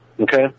okay